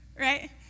Right